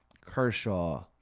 Kershaw